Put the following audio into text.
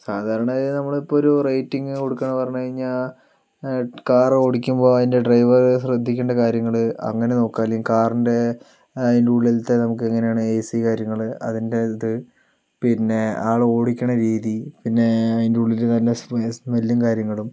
സാധാരണ നമ്മൾ ഇപ്പോൾ ഒരു റേറ്റിങ് കൊടുക്കുക എന്ന് പറഞ്ഞ് കഴിഞ്ഞാൽ കാറോടിക്കുമ്പോൾ അതിൻ്റെ ഡ്രൈവർ ശ്രദ്ധിക്കണ്ട കാര്യങ്ങള് അങ്ങനെ കാറിൻ്റെ അതിൻ്റെ ഉള്ളിൽ സംഭവങ്ങള് എ സി കാര്യങ്ങള് പിന്നെ അത് ഓടിക്കുന്ന രീതി പിന്നെ അതിൻ്റെ ഉള്ളില് സ്മെല്ലും കാര്യങ്ങളും